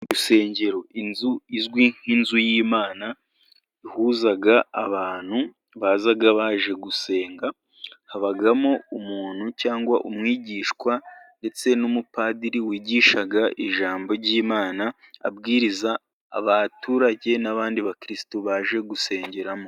Mu rusengero ni inzu izwi nk'inzu y'Imana, ihuza abantu baza baje gusenga, habamo umuntu cyangwa umwigisha ndetse n'umupadiri wigisha ijambo ry'Imana, abwiriza abaturage n'abandi ba kristo baje gusengeramo.